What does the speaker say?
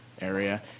area